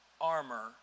armor